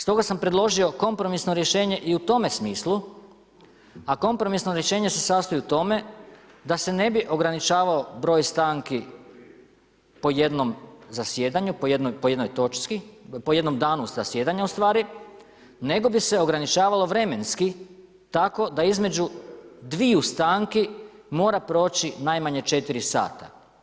Stoga sam predložio kompromisno rješenje i u tome smislu, a kompromisno rješenje se sastoji u tome da se ne bi ograničavao broj stanki po jednom zasjedanju, po jednoj točci, po jednom danu zasjedanja ustvari, nego bi se ograničavalo vremenski tako da između dviju stanki mora proći najmanje 4 sata.